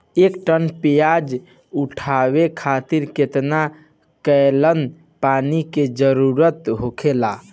एक टन प्याज उठावे खातिर केतना गैलन पानी के जरूरत होखेला?